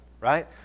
right